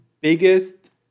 biggest